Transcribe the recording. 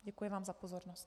Děkuji vám za pozornost.